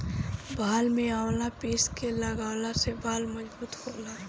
बाल में आवंला पीस के लगवला से बाल मजबूत होला